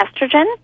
estrogen